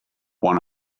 one